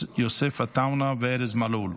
יוסף עטאונה וארז מלול.